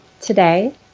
today